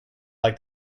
like